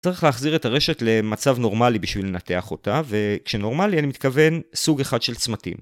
צריך להחזיר את הרשת למצב נורמלי בשביל לנתח אותה, וכשנורמלי אני מתכוון סוג אחד של צמתים